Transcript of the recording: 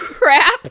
Crap